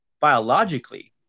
biologically